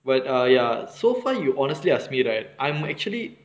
but uh ya so far you honestly ask me right I'm actually